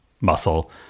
muscle